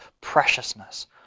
preciousness